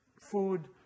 food